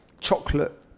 chocolate